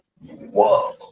Whoa